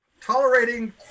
tolerating